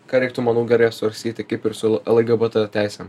ką reiktų manau gerai apsvarstyti kaip ir su lgbt teisėm